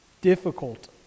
difficult